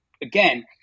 Again